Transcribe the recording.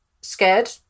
scared